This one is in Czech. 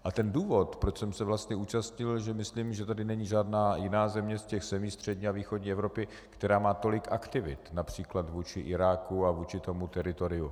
A ten důvod, proč jsem se vlastně účastnil, že myslím, že tady není žádná jiná země z těch zemí střední a východní Evropy, která má tolik aktivit například vůči Iráku a vůči tomu teritoriu.